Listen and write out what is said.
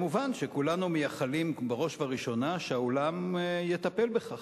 מובן שכולנו מייחלים בראש ובראשונה שהעולם יטפל בכך,